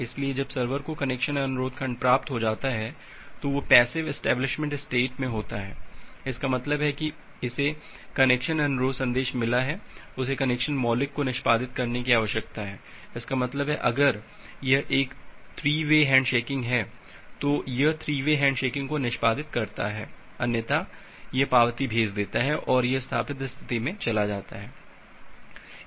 इसलिए जब सर्वर को कनेक्शन अनुरोध खंड प्राप्त हो जाता है तो यह पैसिव इस्टैब्लिशमेंट स्टेट में होता है इसका मतलब है कि इसे एक कनेक्शन अनुरोध संदेश मिला है उसे कनेक्शन मौलिक को निष्पादित करने की आवश्यकता है इसका मतलब है अगर यह एक 3 वे हैण्डशेकिंग है तो यह 3 वे हैण्डशेकिंग को निष्पादित करता है अन्यथा यह पावती भेज देता है और यह स्थापित स्थिति में चला जाता है